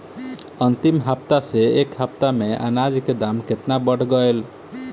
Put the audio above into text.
अंतिम हफ्ता से ए हफ्ता मे अनाज के दाम केतना बढ़ गएल?